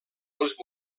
els